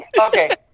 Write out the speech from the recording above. Okay